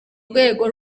rwego